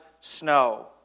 snow